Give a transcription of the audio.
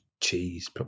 cheese